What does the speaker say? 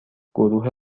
گروه